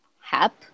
hap